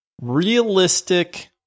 realistic